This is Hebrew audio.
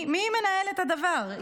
מי מנהל את הדבר?